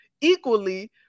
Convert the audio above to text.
equally